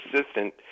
assistant